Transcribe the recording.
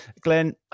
Glenn